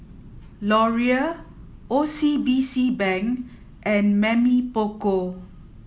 Laurier O C B C Bank and Mamy Poko